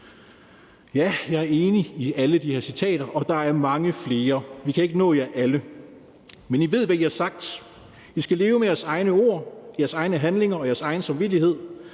Jeg er enig i alle de her citater, og der er mange flere. Vi kan ikke nå jer alle, men I ved, hvad I har sagt. I skal leve med jeres egne ord, jeres egne handlinger og jeres egen samvittighed,